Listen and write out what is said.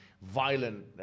Violent